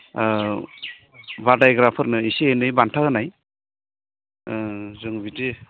बादायग्राफोरनो एसे एनै बान्था होनाय जों बिदि